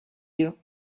you